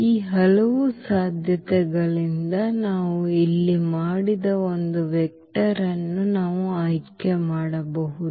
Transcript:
ಈ ಹಲವು ಸಾಧ್ಯತೆಗಳಿಂದ ನಾವು ಇಲ್ಲಿ ಮಾಡಿದ ಒಂದು ವೆಕ್ಟರ್ ಅನ್ನು ನಾವು ಆಯ್ಕೆ ಮಾಡಬಹುದು